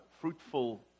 fruitful